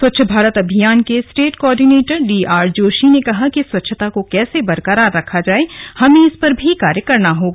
स्वच्छ भारत अभियान के state coordinator D R Joshi ने कहा कि स्वच्छता को कैसे बरकरार रखा जाए हमें इस पर भी कार्य करना होगा